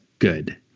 Good